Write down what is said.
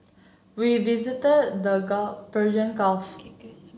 we visited the Gulf Persian Gulf